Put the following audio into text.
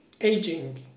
aging